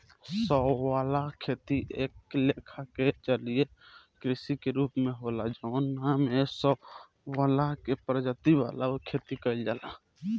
शैवाल खेती एक लेखा के जलीय कृषि के रूप होला जवना में शैवाल के प्रजाति वाला खेती कइल जाला